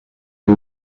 est